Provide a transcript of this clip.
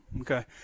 okay